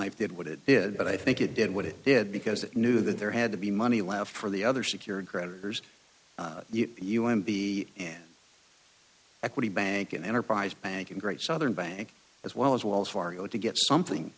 life did what it did but i think it did what it did because they knew that there had to be money left for the other secured creditors the un be an equity bank an enterprise bank in great southern bank as well as wells fargo to get something